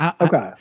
Okay